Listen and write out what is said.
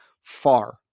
far